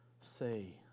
say